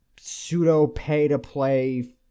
pseudo-pay-to-play